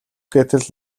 гэтэл